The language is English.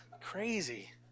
Crazy